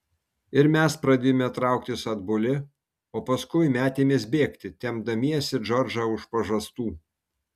ir mes pradėjome trauktis atbuli o paskui metėmės bėgti tempdamiesi džordžą už pažastų